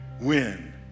win